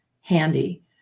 handy